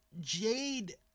Jade